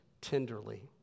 tenderly